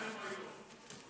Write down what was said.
דקות.